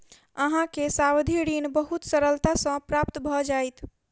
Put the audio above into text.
अहाँ के सावधि ऋण बहुत सरलता सॅ प्राप्त भ जाइत